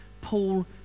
paul